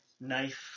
knife